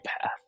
path